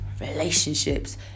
relationships